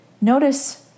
Notice